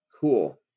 Cool